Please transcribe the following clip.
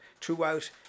throughout